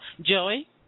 Joey